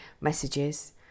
messages